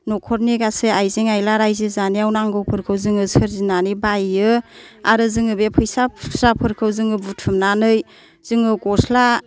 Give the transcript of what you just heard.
नखरनि गासै आयजें आयला रायजो जानायाव नांगौफोरखौ जोङो सोरजिनानै बायो आरो जों बे फैसा खुस्राफोरखौ जोङो बुथुमनानै जोङो गस्ला बेबायदिनो